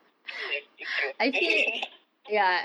yes it's true